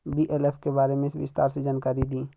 BLF के बारे में विस्तार से जानकारी दी?